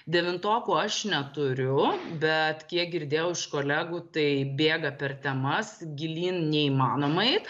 devintokų aš neturiu bet kiek girdėjau iš kolegų tai bėga per temas gilyn neįmanoma eit